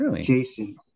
Jason